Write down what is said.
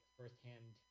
first-hand